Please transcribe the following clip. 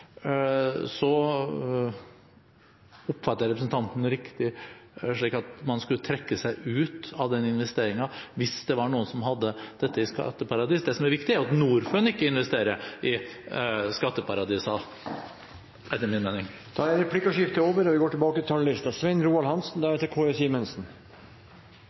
oppfatter jeg representanten slik at man da skulle trekke seg ut av den investeringen, hvis det var noen som hadde gjort dette i skatteparadis. Det som er viktig, er jo at Norfund ikke investerer i skatteparadiser, etter min mening. Replikkordskiftet er over.